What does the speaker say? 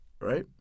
right